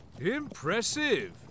Impressive